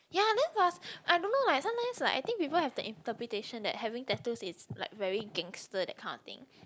ya then plus I don't know like sometimes like people have the intepretation that having tattoos is like very gangster that kind of thing